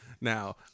now